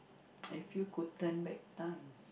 if you could turn back time